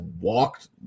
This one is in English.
walked